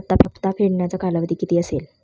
हप्ता फेडण्याचा कालावधी किती असेल?